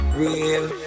real